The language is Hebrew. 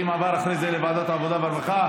ואם עבר אחר זה לוועדת העבודה והרווחה,